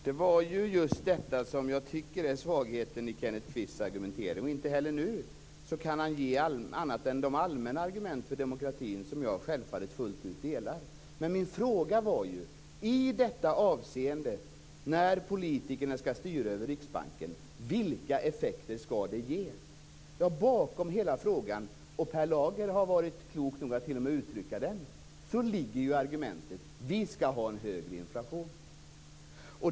Fru talman! Det är just detta som jag tycker är svagheten i Kenneth Kvists argumentering. Inte heller nu kan han anföra annat än de allmänna argument för demokratin som jag självfallet fullt ut delar. Men jag frågade: Vilka effekter skall den ge när politikerna i detta avseende skall styra över Riksbanken? Bakom hela den här frågan - Per Lager har t.o.m. varit klok nog att uttrycka den - ligger det argumentet att vi skall ha en hög inflation.